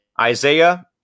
Isaiah